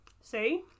See